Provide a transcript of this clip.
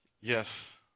Yes